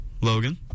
Logan